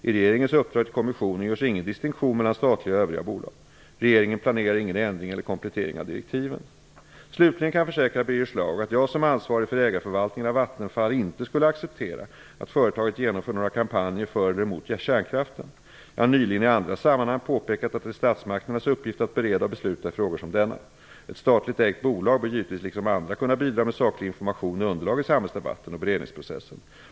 I regeringens uppdrag till kommissionen görs ingen distinktion mellan statliga och övriga bolag. Regeringen planerar ingen ändring eller komplettering av direktiven. Slutligen kan jag försäkra Birger Schlaug, att jag som ansvarig för ägarförvaltningen av Vattenfall inte skulle acceptera att företaget genomför några kampanjer för eller emot kärnkraften. Jag har nyligen i andra sammanhang påpekat att det är statsmakternas uppgift att bereda och besluta i frågor som denna. Ett statligt ägt bolag bör givetvis liksom andra kunna bidra med saklig information och underlag i samhällsdebatten och beredningsprocessen.